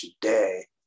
today